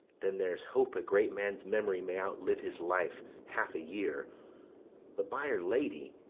then there's hope a great man's memory may outlive his life half a year but, by'r lady,